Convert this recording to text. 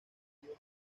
entre